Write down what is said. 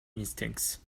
instincts